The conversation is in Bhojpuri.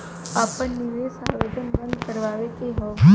आपन निवेश आवेदन बन्द करावे के हौ?